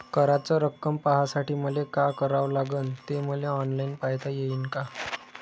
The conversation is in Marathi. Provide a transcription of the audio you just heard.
कराच रक्कम पाहासाठी मले का करावं लागन, ते मले ऑनलाईन पायता येईन का?